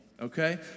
Okay